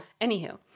Anywho